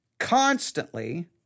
constantly